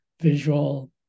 visual